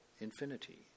infinity